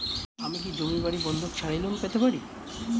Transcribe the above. আমি কি জমি বাড়ি বন্ধক ছাড়াই লোন পেতে পারি?